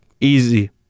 easy